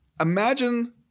Imagine